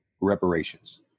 reparations